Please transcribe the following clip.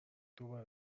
دوباره